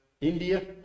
India